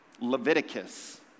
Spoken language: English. Leviticus